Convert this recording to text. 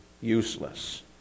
useless